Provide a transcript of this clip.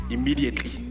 Immediately